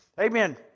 Amen